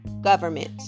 government